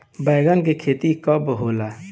बैंगन के खेती कब होला?